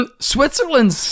Switzerland